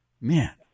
man